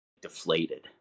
deflated